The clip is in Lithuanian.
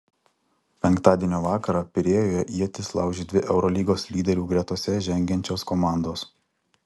penktadienio vakarą pirėjuje ietis laužė dvi eurolygos lyderių gretose žengiančios komandos